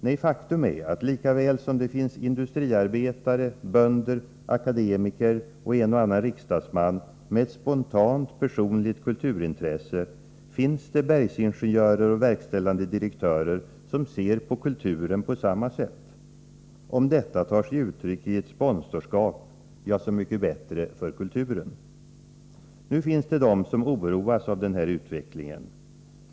Nej, faktum är att likaväl som det finns industriarbetare, bönder, akademiker och en och annan riksdagsman med ett spontant personligt kulturintresse finns det bergsingenjörer och verkställande direktörer som ser på kulturen på samma sätt. Om detta tar sig uttryck i ett sponsorskap — ja, så mycket bättre för kulturen. Nu finns det människor som oroas av den här utvecklingen.